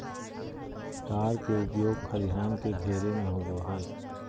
तार के उपयोग खलिहान के घेरे में होबो हइ